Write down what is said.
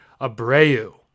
Abreu